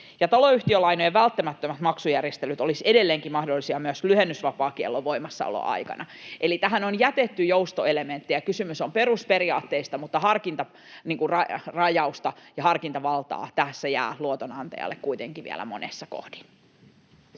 taloyhtiölainojen välttämättömät maksujärjestelyt olisivat edelleenkin mahdollisia myös lyhennysvapaakiellon voimassaoloaikana. Eli tähän on jätetty joustoelementtejä. Kysymys on perusperiaatteista, mutta harkintarajausta ja harkintavaltaa tässä jää luotonantajalle kuitenkin vielä monessa kohdin.